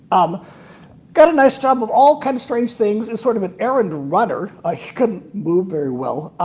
um got a nice job, of all kind of strange things, in sort of an errand runner. ah he couldn't move very well.